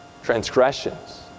transgressions